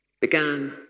began